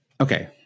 Okay